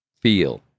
feel